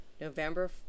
November